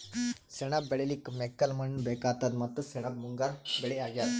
ಸೆಣಬ್ ಬೆಳಿಲಿಕ್ಕ್ ಮೆಕ್ಕಲ್ ಮಣ್ಣ್ ಬೇಕಾತದ್ ಮತ್ತ್ ಸೆಣಬ್ ಮುಂಗಾರ್ ಬೆಳಿ ಅಗ್ಯಾದ್